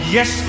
Yes